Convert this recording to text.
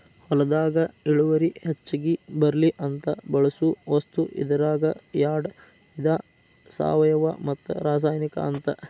ಹೊಲದಾಗ ಇಳುವರಿ ಹೆಚಗಿ ಬರ್ಲಿ ಅಂತ ಬಳಸು ವಸ್ತು ಇದರಾಗ ಯಾಡ ವಿಧಾ ಸಾವಯುವ ಮತ್ತ ರಾಸಾಯನಿಕ ಅಂತ